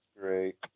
great